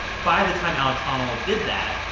by the time alex honnold did that,